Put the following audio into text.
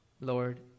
Lord